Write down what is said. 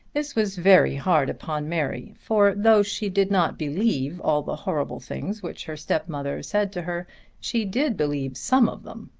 this was very hard upon mary for though she did not believe all the horrible things which her stepmother said to her she did believe some of them.